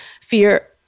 fear